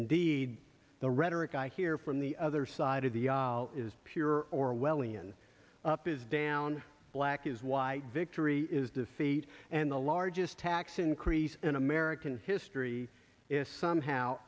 eed the rhetoric i hear from the other side of the aisle is pure orwellian up is down black is white victory is defeat and the largest tax increase in american history is somehow